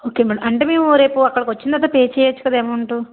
okay madam అంటే మేము రేపు అక్కడికి వచ్చిన తర్వాత పే చెయ్యచ్చు కదా అమౌంట్